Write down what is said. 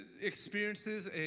experiences